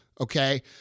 Okay